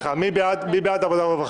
מי בעד העברה לוועדת העבודה,